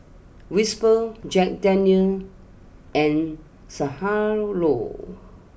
Whisper Jack Daniel's and